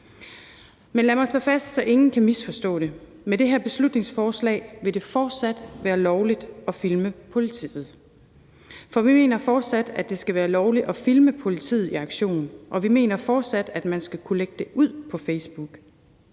Men lad mig slå fast, så ingen kan misforstå det: Med det her beslutningsforslag vil det fortsat være lovligt at filme politiet, for vi mener, at det fortsat skal være lovligt at filme politiet i aktion, og vi mener, at man fortsat skal skulle kunne lægge det ud på Facebook,